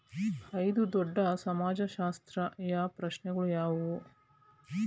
ಐದು ದೊಡ್ಡ ಸಮಾಜಶಾಸ್ತ್ರೀಯ ಪ್ರಶ್ನೆಗಳು ಯಾವುವು?